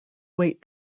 weight